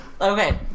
Okay